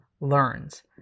learns